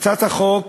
הצעת החוק